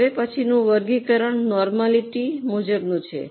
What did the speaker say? હવે પછીનું વર્ગીકરણ નોર્માલિટી મુજબનું છે